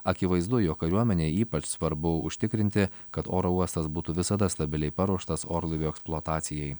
akivaizdu jog kariuomenei ypač svarbu užtikrinti kad oro uostas būtų visada stabiliai paruoštas orlaivių eksploatacijai